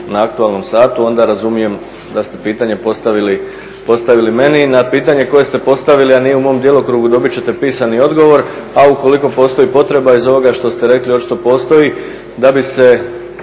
na aktualnom satu onda razumijem da ste pitanje postavili meni. Na pitanje koje ste postavili, a nije u mom djelokrugu dobit ćete pisani odgovor, a ukoliko postoji potreba, iz ovoga što ste rekli očito postoji, da bi se